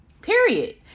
period